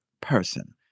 person